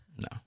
No